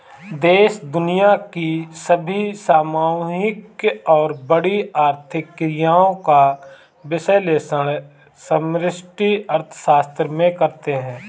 देश दुनिया की सभी सामूहिक और बड़ी आर्थिक क्रियाओं का विश्लेषण समष्टि अर्थशास्त्र में करते हैं